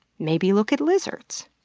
maybe look at lizards.